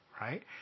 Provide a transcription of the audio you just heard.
right